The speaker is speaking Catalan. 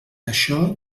això